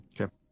Okay